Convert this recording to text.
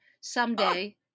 someday